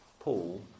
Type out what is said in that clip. Paul